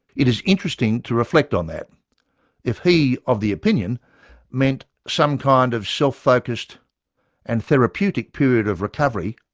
it is interesting to reflect on that if he of the opinion meant some kind of self-focused and therapeutic period of recovery,